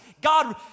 God